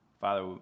Father